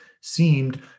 seemed